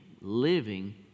living